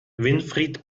winfried